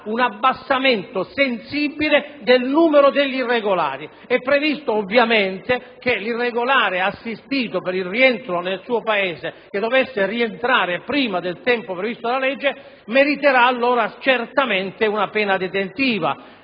un abbassamento sensibile del numero degli irregolari. È previsto, ovviamente, che l'irregolare assistito per il rientro nel suo Paese che dovesse rientrare prima del tempo previsto dalla legge meriterà allora certamente una pena detentiva.